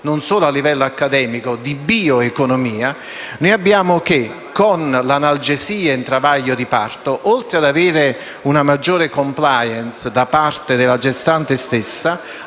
non solo a livello accademico), riscontriamo che con l'analgesia in travaglio di parto, oltre ad avere una maggiore *compliance* da parte della gestante stessa,